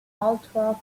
ultra